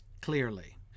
clearly